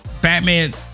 Batman